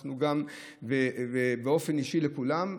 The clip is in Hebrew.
ואנחנו גם באופן אישי לכולם,